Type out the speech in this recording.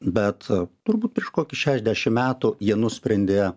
bet turbūt prieš kokius šešiasdešimt metų jie nusprendė